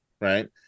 right